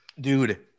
Dude